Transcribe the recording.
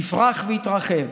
יפרח ויתרחב,